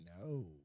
no